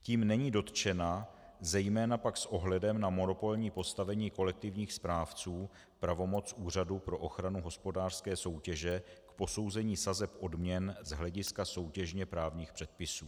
Tím není dotčena zejména pak s ohledem na monopolní postavení monopolních správců pravomoc Úřadu pro ochranu hospodářské soutěže k posouzení sazeb odměn z hlediska soutěžně právních předpisů.